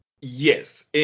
Yes